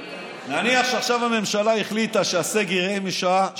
נניח שעכשיו הממשלה החליטה שהסגר יהיה משעה 19:00,